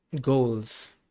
goals